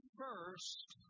first